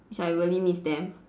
which I really miss them